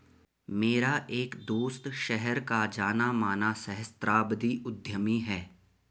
मेरा एक दोस्त शहर का जाना माना सहस्त्राब्दी उद्यमी है